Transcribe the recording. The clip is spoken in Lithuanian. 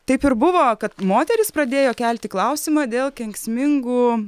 taip ir buvo kad moterys pradėjo kelti klausimą dėl kenksmingų